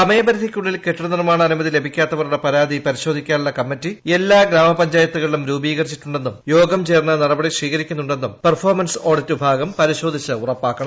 സമയപരിധിക്കുള്ളിൽ കെട്ടിട നിർമ്മാണ അനുമതി ലഭിക്കാത്തവരുടെ പരാതി പരിശോധിക്കാനുള്ള കമ്മിറ്റി എല്ലാ ഗ്രാമപഞ്ചായത്തിലും രൂപീകരിച്ചിട്ടുണ്ടെന്നും യോഗം ചേർന്ന് നടപടി സ്വീകരിക്കുന്നുണ്ടെന്നും പെർഫോർമൻസ് ഓഡിറ്റ് വിഭാഗം പരിശോധിച്ച് ഉറപ്പാക്കണം